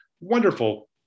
wonderful